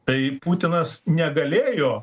tai putinas negalėjo